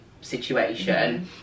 situation